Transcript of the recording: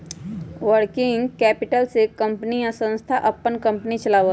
working capital से company या संस्था अपन कंपनी चलावा हई